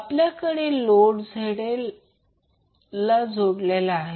आपल्याकडे load ZL जोडलेला आहे